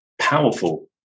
powerful